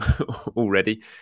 already